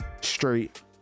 straight